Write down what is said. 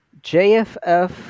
JFF